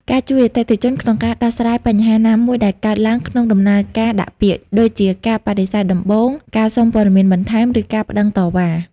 ការជួយអតិថិជនក្នុងការដោះស្រាយបញ្ហាណាមួយដែលកើតឡើងក្នុងដំណើរការដាក់ពាក្យ ដូចជាការបដិសេធដំបូង ការសុំព័ត៌មានបន្ថែម ឬការប្តឹងតវ៉ា។